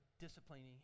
disciplining